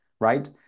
right